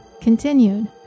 continued